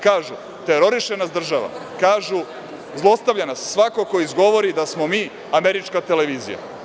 Kažu – teroriše nas država, kažu – zlostavlja nas svako ko izgovori da smo mi američka televizija.